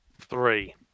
three